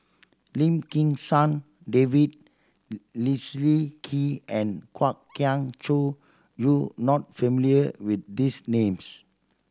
Lim Kim San David Leslie Kee and Kwok Kian Chow you not familiar with these names